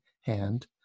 hand